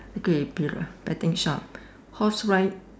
okay be~ betting shop horse ride